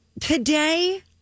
today